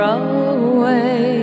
away